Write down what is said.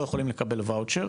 לא יכולים לקבל ואוצ'ר,